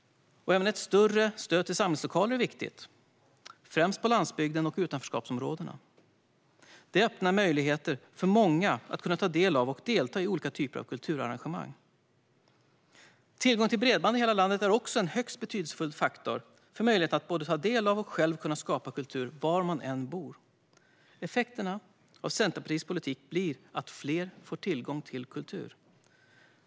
Även ett större stöd till samlingslokaler är viktigt, främst på landsbygden och i utanförskapsområden. Detta öppnar möjligheter för många att ta del av och delta i olika typer av kulturarrangemang. Tillgång till bredband i hela landet är också en högst betydelsefull faktor för möjligheten att både ta del av och själv kunna skapa kultur var man än bor. Effekterna av Centerpartiets politik blir att fler får tillgång till kultur.